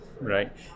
right